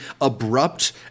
abrupt